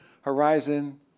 horizon